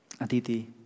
Aditi